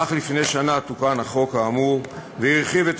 אך לפני שנה תוקן החוק האמור והרחיב את